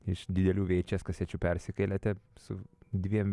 iš didelių vi eič es kasečių persikėlėte su dviem